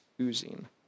oozing